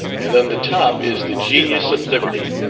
and on the top is the genius of liberty,